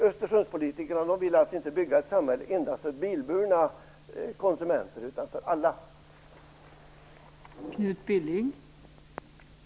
Östersundspolitikerna vill alltså inte bygga ett samhälle enbart för bilburna konsumenter utan ett samhälle för alla.